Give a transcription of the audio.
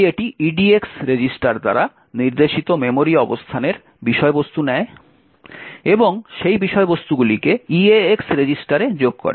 তাই এটি edx register দ্বারা নির্দেশিত মেমোরি অবস্থানের বিষয়বস্তু নেয় এবং সেই বিষয়বস্তুগুলিকে eax রেজিস্টারে যোগ করে